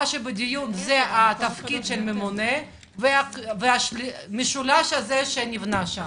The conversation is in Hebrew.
בדיון הוא התפקיד של הממונה והמשולש הזה שנבנה.